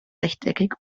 rechteckig